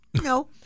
No